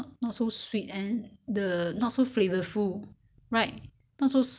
if any idea how to improve on it or else he won't eat it cause it's not soft